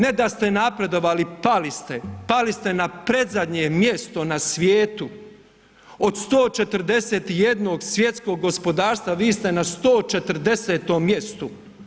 Ne da ste napredovali, pali ste, pali ste na predzadnje mjesto na svijetu, od 141. svjetskog gospodarstva vi ste na 140.-tom mjestu.